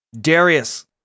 Darius